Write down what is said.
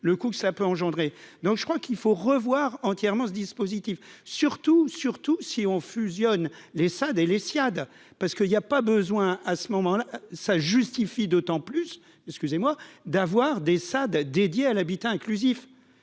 le coût que cela peut engendrer, donc je crois qu'il faut revoir entièrement ce dispositif surtout, surtout si on fusionne les ça dès l'Etihad parce qu'il y a pas besoin à ce moment-là, ça justifie d'autant plus, excusez-moi d'avoir des ça dédié à l'habitat inclusif